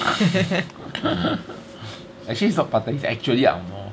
actually it's not part time he's actually angmoh